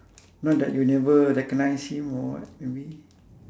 not that you never recognise him or what maybe